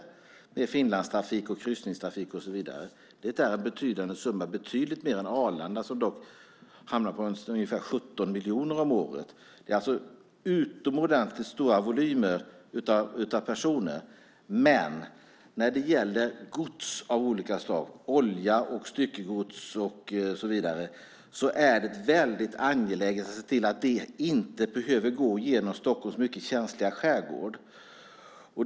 Det handlar om Finlandstrafik, kryssningstrafik och så vidare. Det är ett betydande antal, betydligt mer än Arlanda, som hamnar på ungefär 17 miljoner om året. Det handlar alltså om utomordentligt stora volymer av personer. Men när det gäller gods av olika slag - olja, styckegods och så vidare - är det väldigt angeläget att se till att transporterna inte behöver gå genom Stockholms mycket känsliga skärgård.